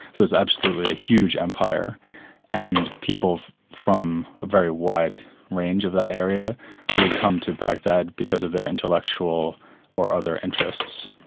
so it's absolutely a huge empire and people from a very wide range of that area would come to baghdad because of their intellectual or other interests.